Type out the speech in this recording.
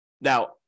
Now